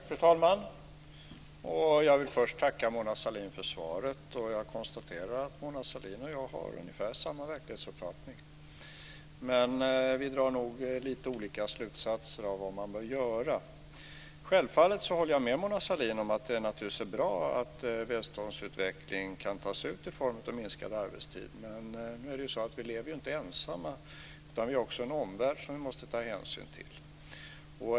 Fru talman! Jag vill först tacka Mona Sahlin för svaret. Jag konstaterar att Mona Sahlin och jag har ungefär samma verklighetsuppfattning, men vi drar nog lite olika slutsatser av vad man bör göra. Självfallet håller jag med Mona Sahlin om att det naturligtvis är bra att välståndsökning kan tas ut i form av minskad arbetstid, men vi lever ju inte ensamma, utan vi har också en omvärld som vi måste ta hänsyn till.